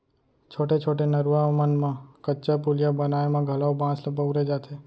छोटे छोटे नरूवा मन म कच्चा पुलिया बनाए म घलौ बांस ल बउरे जाथे